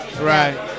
right